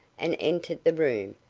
and entered the room,